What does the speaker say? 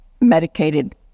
medicated